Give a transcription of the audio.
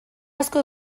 asko